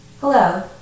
Hello